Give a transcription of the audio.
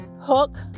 hook